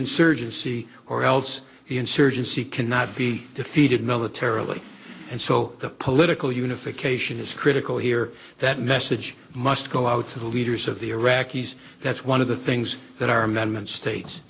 insurgency or else the insurgency cannot be defeated militarily and so the political unification is critical here that message must go out to the leaders of the iraqis that's one of the things that our amendment states